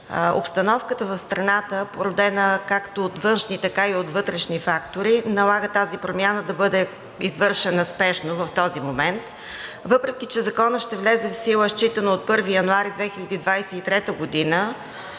Обстановката в страната, породена както от външни, така и от вътрешни фактори, налага тази промяна да бъде извършена спешно в този момент. Въпреки че Законът ще влезе в сила считано от 1 януари 2023 г.,